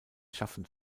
schaffen